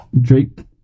drake